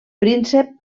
príncep